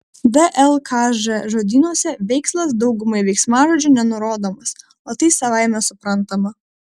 dlkž žodynuose veikslas daugumai veiksmažodžių nenurodomas ir tai savaime suprantama